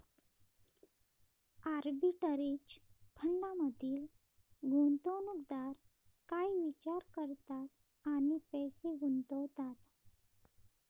Arbitrage फंडांमधील गुंतवणूकदार काय विचार करतात आणि पैसे गुंतवतात?